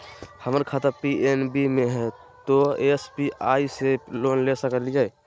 हमर खाता पी.एन.बी मे हय, तो एस.बी.आई से लोन ले सकलिए?